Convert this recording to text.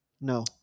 No